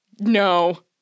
No